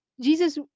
Jesus